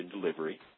delivery